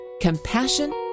compassion